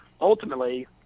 ultimately